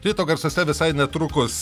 ryto garsuose visai netrukus